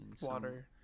Water